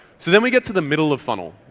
so then we get to the middle of funnel.